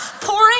pouring